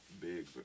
Big